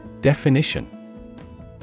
Definition